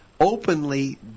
openly